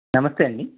నమస్తే అండి